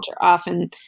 Often